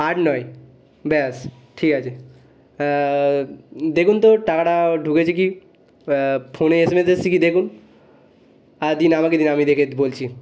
আট নয় ব্যাস ঠিক আছে দেখুন তো টাকাটা ঢুকেছে কি ফোনে এসএমএস এসেছে কি দেখুন দিন আমাকে দিন আমি দেখে বলছি